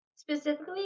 Specifically